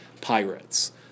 pirates